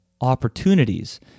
Opportunities